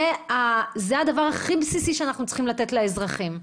זה הדבר הכי בסיסי שאנחנו צריכים לתת לאזרחים.